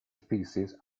species